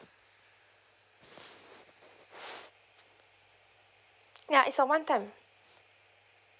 ya it's a one time